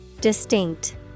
Distinct